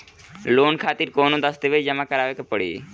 Loan खातिर कौनो दस्तावेज जमा करावे के पड़ी?